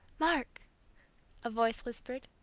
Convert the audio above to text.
mark a voice whispered.